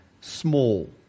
small